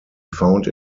found